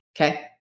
Okay